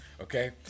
okay